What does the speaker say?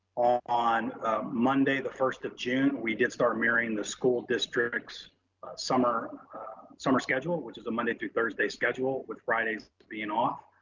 on monday, the first of june, we did start mirroring the school districts summer summer schedule, which is a through thursday schedule with fridays to being off.